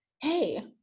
hey